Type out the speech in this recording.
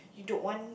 you don't want